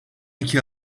iki